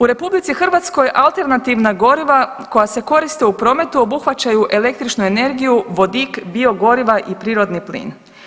U RH alternativna goriva koja se koriste u prometu obuhvaćaju električnu energiju, vodik, biogoriva i prirodni plin.